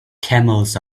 camels